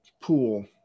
pool